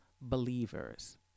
believers